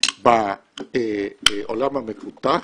בעולם המפותח,